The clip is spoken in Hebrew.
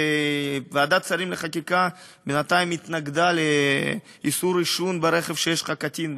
ועדת שרים לחקיקה בינתיים התנגדה לאיסור עישון ברכב כשיש לך קטין ברכב.